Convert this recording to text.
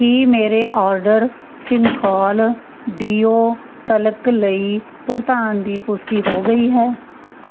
ਕੀ ਮੇਰੇ order Cinthol deo talc ਲਈ ਭੁਗਤਾਨ ਦੀ ਪੁਸ਼ਟੀ ਹੋ ਗਈ ਹੈ